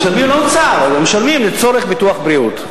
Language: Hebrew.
משלמים לאוצר, משלמים לצורך ביטוח בריאות.